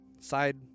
Side